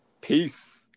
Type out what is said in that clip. peace